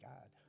God